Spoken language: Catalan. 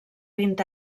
vint